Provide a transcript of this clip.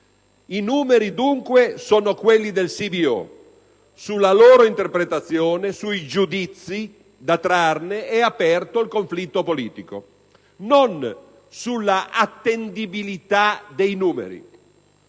I numeri, dunque, sono quelli del CBO. Sulla loro interpretazione, sui giudizi da trarne è aperto il conflitto politico: non sull'attendibilità dei numeri.